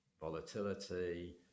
volatility